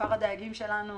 כפר הדייגים שלנו